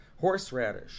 horseradish